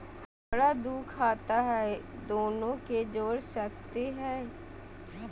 हमरा दू खाता हय, दोनो के जोड़ सकते है?